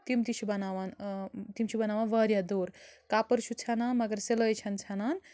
تِم تہِ چھِ بَناوان تِم چھِ بَناوان وارِیاہ دوٚرکَپر چھُ ژٮ۪نان مگر سِلٲے چھنہٕ ژٮ۪نان